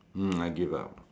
mm I give up